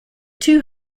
two